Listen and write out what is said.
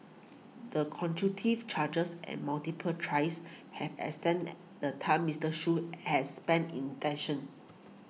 the charges and multiple tries have extended the time Mister Shoo has spent in tension